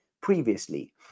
previously